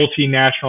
multinational